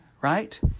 right